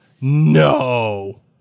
No